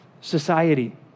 society